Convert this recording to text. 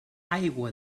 aigua